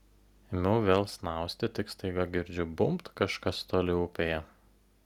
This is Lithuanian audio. ėmiau vėl snausti tik staiga girdžiu bumbt kažkas toli upėje